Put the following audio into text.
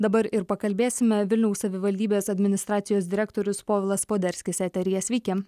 dabar ir pakalbėsime vilniaus savivaldybės administracijos direktorius povilas poderskis eteryje sveiki